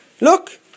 Look